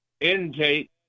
intake